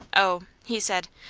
oh, he said.